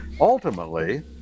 ultimately